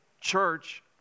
Church